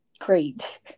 Great